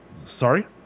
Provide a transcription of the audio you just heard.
Sorry